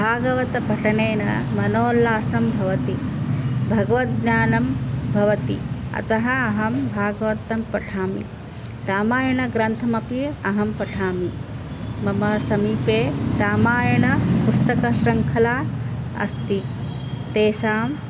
भागवतपठनेन मनोल्लासं भवति भगवद्ज्ञानं भवति अतः अहं भागवतं पठामि रामायणग्रन्थमपि अहं पठामि मम समीपे रामायणं पुस्तकशृङ्खला अस्ति तेषाम्